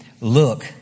look